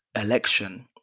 election